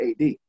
AD